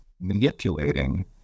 manipulating